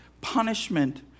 punishment